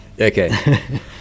Okay